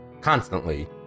constantly